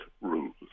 rules